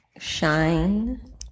Shine